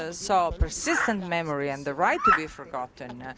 ah so persistent memory and the right to be forgotten,